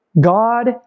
God